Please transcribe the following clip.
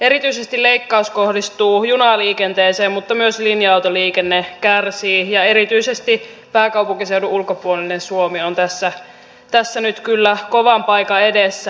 erityisesti leikkaus kohdistuu junaliikenteeseen mutta myös linja autoliikenne kärsii ja erityisesti pääkaupunkiseudun ulkopuolinen suomi on tässä nyt kyllä kovan paikan edessä